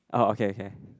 oh okay okay